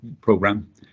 program